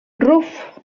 ruf